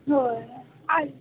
हो आज